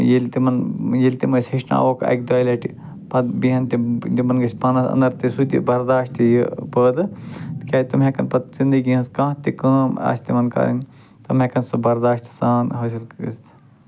ییٚلہِ تِمن ییٚلہِ تِم أسۍ ہیٚچھناوہوکھ اَکہِ دۄیہِ لٹہِ پتہٕ بیٚہن تِم تِمن گژھِ پانس انٛدر تہِ سُہ تہِ برداش تہٕ یہِ پٲدٕ تِکیٛازِ تِم ہٮ۪کن پتہٕ زِنٛدگی ہٕنٛز کانٛہہ تہِ کٲم آسہِ تِمن کَرٕنۍ تِم ہٮ۪کن سُہ برداشتہٕ سان حٲصِل کٔرِتھ